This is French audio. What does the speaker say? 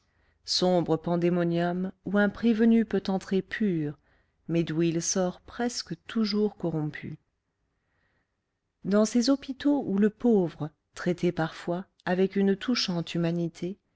sombres pandémoniums où un prévenu peut entrer pur mais d'où il sort presque toujours corrompu dans ces hôpitaux où le pauvre traité parfois avec une touchante humanité